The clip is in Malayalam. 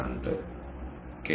2 കെ